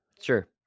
Sure